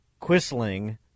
quisling